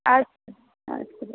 اَدٕ سا اَدٕ سا بیٚہہ